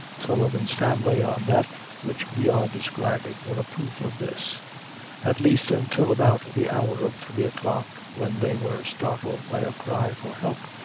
sullivan's family, on that which we are describing, were a proof of this at least until about the hour of three o'clock, when they were startled by a cry for help,